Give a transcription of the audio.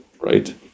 right